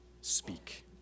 speak